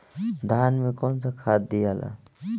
धान मे कौन सा खाद दियाला?